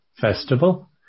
Festival